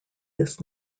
this